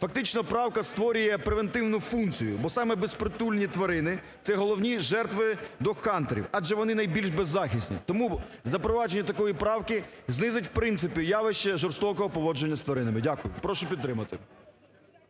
Фактично правка створює превентивну функцію, бо саме безпритульні тварини – це головні жертви догхантерів, адже вони найбільш беззахисні. Тому запровадження такої правки знизить в принципі явище жорстокого поводження з тваринами. Дякую. Прошу підтримати.